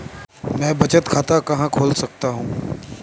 मैं बचत खाता कहाँ खोल सकता हूँ?